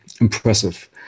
impressive